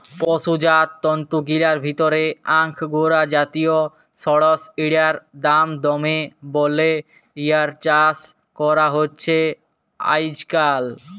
পসুজাত তন্তুগিলার ভিতরে আঙগোরা জাতিয় সড়সইড়ার দাম দমে বল্যে ইয়ার চাস করা হছে আইজকাইল